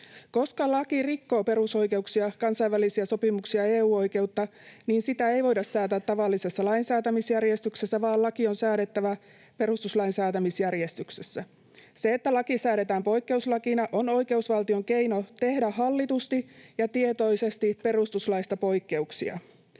Koska laki rikkoo perusoikeuksia, kansainvälisiä sopimuksia ja EU-oikeutta, niin sitä ei voida säätää tavallisessa lainsäätämisjärjestyksessä vaan laki on säädettävä perustuslain säätämisjärjestyksessä. Se, että laki säädetään poikkeuslakina, on oikeusvaltion keino tehdä hallitusti ja tietoisesti poikkeuksia